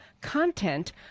content